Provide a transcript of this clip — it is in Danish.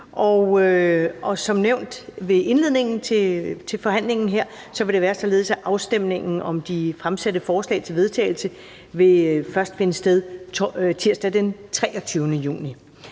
Som nævnt ved indledningen til forhandlingen vil det være således, at afstemning om de fremsatte forslag til vedtagelse først vil finde sted tirsdag den 23. juni